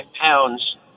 pounds